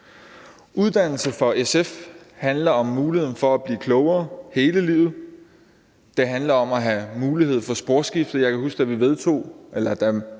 Uddannelse handler for SF om muligheden for at blive klogere hele livet, det handler om at have mulighed for sporskifte. Jeg kan huske, at da et flertal